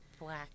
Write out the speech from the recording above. Black